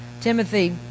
Timothy